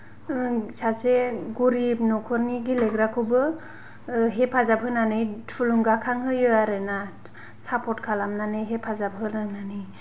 सासे गरिब नखरनि गेलेग्राखौबो हेफाजाब होनानै थुलुंगाखां होयो आरोना सापर्त खालामनानै हेफाजाब खालामनानै